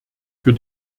für